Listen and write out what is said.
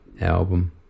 album